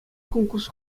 конкурс